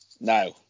no